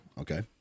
Okay